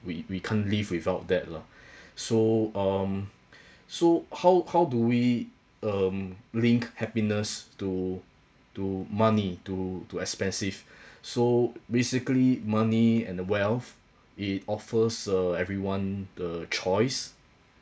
we we can't live without that lah so um so how how do we um link happiness to to money to to expensive so basically money and the wealth it offers uh everyone the choice